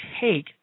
take